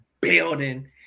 building